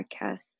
podcast